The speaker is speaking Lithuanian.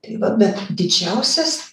tai va bet didžiausias